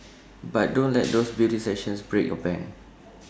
but don't let those beauty sessions break your bank